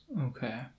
Okay